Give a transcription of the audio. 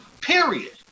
period